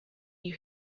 you